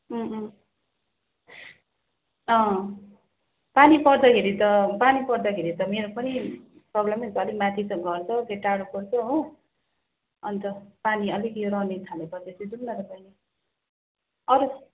अँ पानी पर्दाखेरि त पानी पर्दाखेरि त मेरो पनि प्रब्लमै छ अलिक माथि छ घर त त्यो टाढो पर्छ हो अनि त पानी अलिक यो रहने थालेपछि चाहिँ जाऔँ न त बहिनी अरू